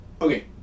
Okay